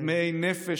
" נא לסיים.